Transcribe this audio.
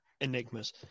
enigmas